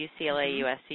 UCLA-USC